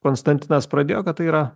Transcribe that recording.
konstantinas pradėjo kad tai yra